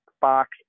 Fox